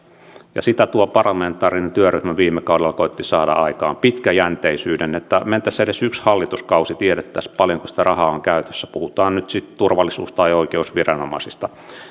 tuo parlamentaarinen työryhmä viime kaudella koetti saada aikaan pitkäjänteisyyttä että mentäisiin edes yksi hallituskausi niin että tiedettäisiin paljonko sitä rahaa on käytössä puhutaan nyt sitten turvallisuus tai oikeusviranomaisista